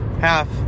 half